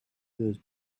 those